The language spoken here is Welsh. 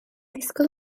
disgwyl